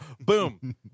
Boom